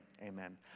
Amen